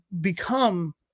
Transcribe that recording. become –